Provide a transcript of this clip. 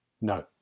No